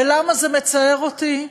ולמה זה מצער אותי?